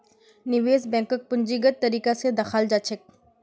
निवेश बैंकक पूंजीगत तरीका स दखाल जा छेक